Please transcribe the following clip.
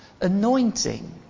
anointing